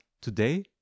today